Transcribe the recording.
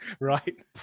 Right